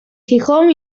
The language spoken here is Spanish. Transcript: gijón